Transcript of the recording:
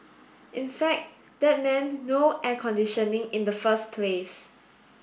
in fact that meant no air conditioning in the first place